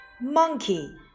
monkey